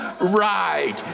Right